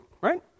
Right